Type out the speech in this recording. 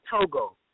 Togo